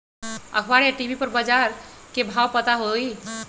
अखबार या टी.वी पर बजार के भाव पता होई?